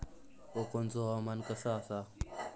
कोकनचो हवामान कसा आसा?